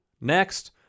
Next